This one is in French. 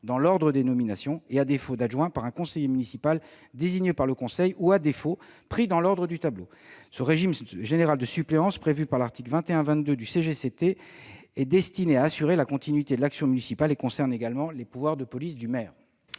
dans l'ordre des nominations et, à défaut d'adjoint, par un conseiller municipal désigné par le conseil ou, à défaut, pris dans l'ordre du tableau. Ce régime général de suppléance, prévu à l'article L. 2122-17 du même code, est destiné à assurer la continuité de l'action municipale et concerne également les pouvoirs de police du maire.